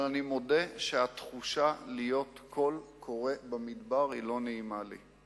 אבל אני מודה שהתחושה להיות קול קורא במדבר היא לא נעימה לי.